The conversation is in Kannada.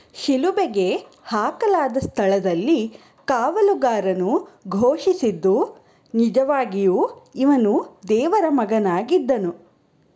ಶಿಲುಬೆಗೆ ಹಾಕಲಾದ ಸ್ಥಳದಲ್ಲಿ ಕಾವಲುಗಾರನು ಘೋಷಿಸಿದ್ದು ನಿಜವಾಗಿಯೂ ಇವನು ದೇವರ ಮಗನಾಗಿದ್ದನು